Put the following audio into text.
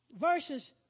Verses